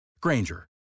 Granger